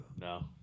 No